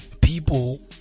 People